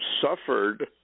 suffered